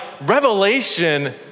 Revelation